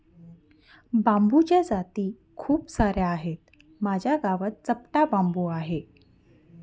बांबूच्या जाती खूप सार्या आहेत, माझ्या गावात चपटा बांबू आहे